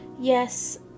yes